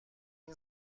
این